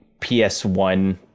PS1